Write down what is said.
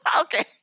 Okay